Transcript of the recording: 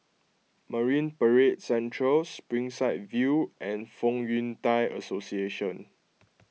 Marine Parade Central Springside View and Fong Yun Thai Association